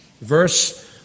verse